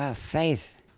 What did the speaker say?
ah faith,